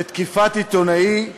שתקיפת עיתונאי,